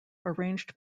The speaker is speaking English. arranged